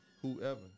whoever